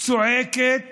צועקת